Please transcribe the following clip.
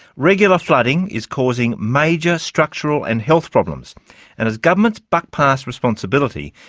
regular flooding is causing major structural and health problems. and as governments buck pass responsibility,